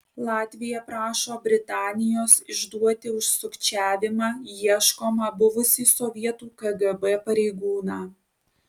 latvija prašo britanijos išduoti už sukčiavimą ieškomą buvusį sovietų kgb pareigūną